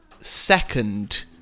second